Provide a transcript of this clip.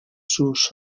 sus